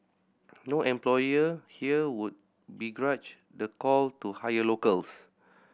no employer here would begrudge the call to hire locals